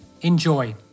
Enjoy